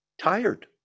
tired